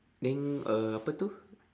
then uh apa itu